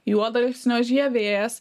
juodalksnio žievės